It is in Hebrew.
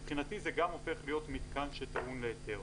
מבחינתי זה גם הופך להיות מיתקן שטעון היתר.